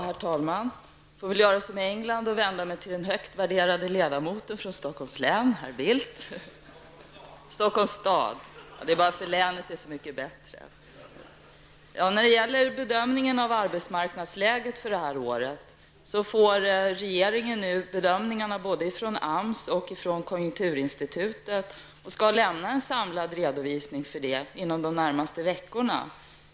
Herr talman! Jag får väl göra som i England och vända mig till den högt värderade ledamoten för Ja, Stockholms stad; det är bara det att länet är så mycket bättre. När det gäller arbetsmarknadsläget för det här året får regeringen nu bedömningarna både från AMS och från konjunkturinstitutet och skall lämna en samlad redovisning inom den närmaste veckorna.